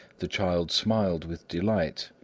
the child smiled with delight,